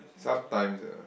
sometimes ah